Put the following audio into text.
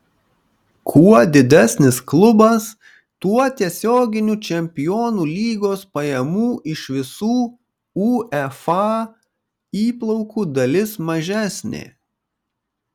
kuo didesnis klubas tuo tiesioginių čempionų lygos pajamų iš visų uefa įplaukų dalis mažesnė